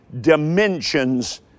dimensions